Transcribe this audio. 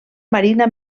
marina